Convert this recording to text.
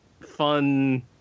fun